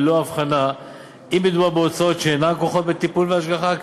ללא הבחנה אם מדובר בהוצאות שאינן כרוכות בטיפול והשגחה,